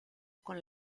con